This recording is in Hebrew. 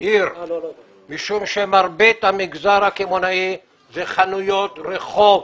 העיר משום שמרבית המגזר הקמעונאי אלה הן חנויות רחוב,